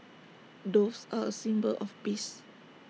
doves are A symbol of peace